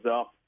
up